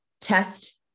test